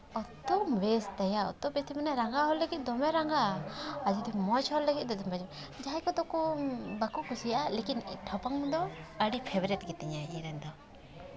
ᱚᱛᱚ ᱵᱮᱥ ᱛᱟᱭᱟ ᱚᱛᱚ ᱵᱮᱥ ᱛᱟᱭᱟ ᱢᱟᱱᱮ ᱨᱟᱸᱜᱟᱣ ᱦᱚᱲ ᱞᱟᱹᱜᱤᱫ ᱫᱚ ᱫᱚᱢᱮ ᱨᱟᱸᱜᱟᱜ ᱟᱭ ᱟᱨ ᱡᱩᱫᱤ ᱢᱚᱡᱽ ᱦᱚᱲ ᱞᱟᱹᱜᱤᱫ ᱫᱚ ᱡᱟᱦᱟᱸᱭ ᱠᱚᱫᱚ ᱠᱚ ᱵᱟᱠᱚ ᱠᱩᱥᱤᱭᱟᱜᱼᱟ ᱞᱮᱠᱤᱱ ᱴᱷᱚᱯᱚᱝ ᱫᱚ ᱟᱹᱰᱤ ᱯᱷᱮᱵᱟᱨᱮᱴ ᱜᱮᱛᱤᱧᱟᱭ ᱤᱧᱨᱮᱱ ᱫᱚ